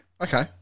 Okay